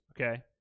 okay